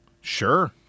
sure